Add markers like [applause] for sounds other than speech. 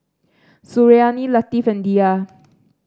Suriani Latif and Dhia [noise]